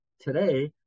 today